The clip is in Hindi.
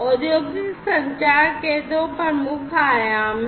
औद्योगिक संचार के दो प्रमुख आयाम हैं